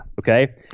okay